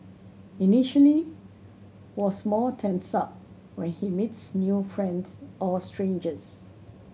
initially was more tensed up when he meets new friends or strangers